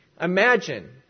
Imagine